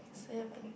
seven